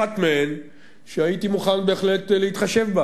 באחת מהן הייתי מוכן בהחלט להתחשב.